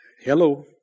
Hello